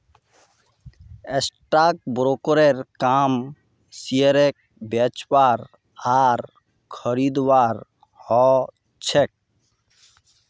stock ब्रोकरेर काम शेयरक बेचवार आर खरीदवार ह छेक